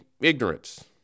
ignorance